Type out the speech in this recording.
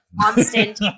constant